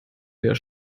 der